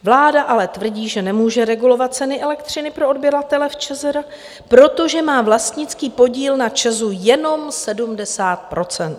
Vláda ale tvrdí, že nemůže regulovat ceny elektřiny pro odběratele v ČR, protože má vlastnický podíl na ČEZu jenom 70 %.